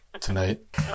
tonight